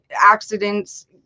accidents